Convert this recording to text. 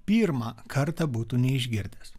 pirmą kartą būtų neišgirdęs